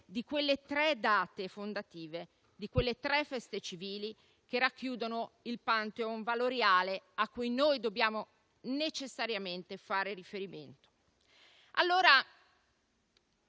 di quelle tre date fondative, di quelle tre feste civili che racchiudono il *pantheon* valoriale a cui noi dobbiamo necessariamente fare riferimento.